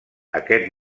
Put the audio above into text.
aquest